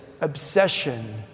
obsession